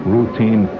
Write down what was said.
routine